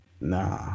Nah